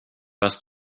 was